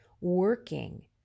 working